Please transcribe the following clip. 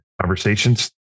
Conversations